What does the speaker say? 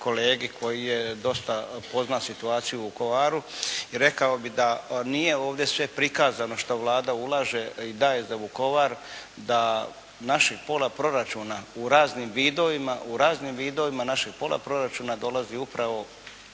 kolegi koji je dosta pozna situaciju u Vukovaru, rekao bih da nije ovdje sve prikazano što Vlada ulaže i daje za Vukovar da našeg pola proračuna u raznim vidovima, u raznim vidovima našeg pola proračuna dolazi upravo